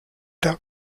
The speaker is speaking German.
der